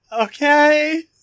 okay